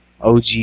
OG